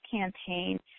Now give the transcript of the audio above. campaign